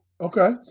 okay